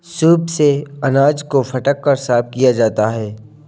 soup से अनाज को फटक कर साफ किया जाता है